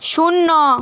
শূন্য